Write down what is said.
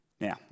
Now